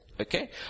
Okay